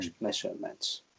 measurements